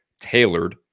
tailored